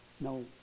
no